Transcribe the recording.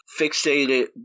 fixated